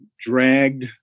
dragged